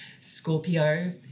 Scorpio